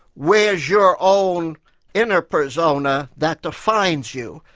where's your own inner persona that defines you?